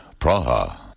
Praha